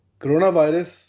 coronavirus